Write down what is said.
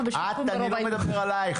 אני לא מדבר עלייך,